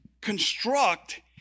construct